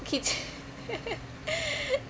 keych~